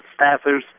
staffers